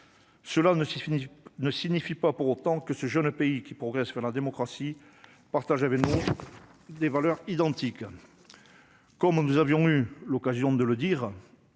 fini ne signifie pas pour autant que ce jeune pays qui progresse vers la démocratie, partage, j'avais le monde des valeurs identiques comme on nous avions eu l'occasion de le dire